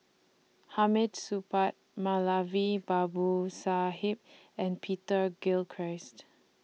Hamid Supaat Moulavi Babu Sahib and Peter Gilchrist